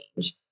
change